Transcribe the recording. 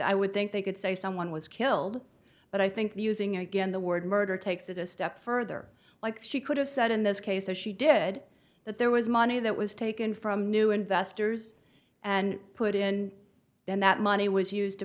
i would think they could say someone was killed but i think that using again the word murder takes it a step further like she could have said in this case or she did that there was money that was taken from new investors and put in then that money was used